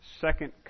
second